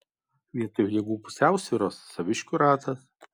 vietoj jėgų pusiausvyros saviškių ratas